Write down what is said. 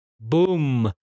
Boom